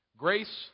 Grace